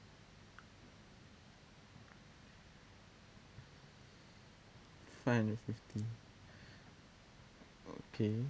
five and fifty okay